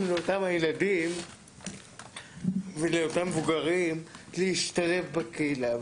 לאותם ילדים ומבוגרים להשתלב בקהילה,